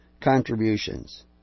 contributions